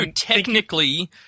technically